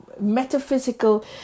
metaphysical